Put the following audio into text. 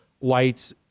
lights